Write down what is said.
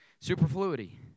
Superfluity